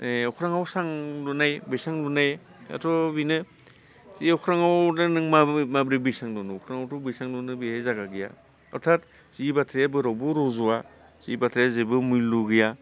अख्राङाव सां लुनाय बैसां लुनायाथ' बेनो जे अख्राङाव दा नों माब्रै माब्रै बैसां लुनो अख्राङावथ' बैसां लुनो बेहाय जायगा गैया अर्थात जि बाथ्राया जेरावबो रज'आ जि बाथ्राया जेबो मुल्य' गैया